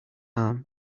arm